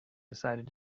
decided